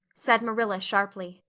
said marilla sharply,